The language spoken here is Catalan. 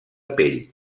pell